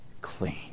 clean